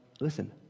listen